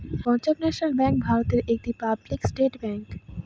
Punjab National Bank ভারতের একটি public sector bank